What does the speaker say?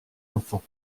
enfant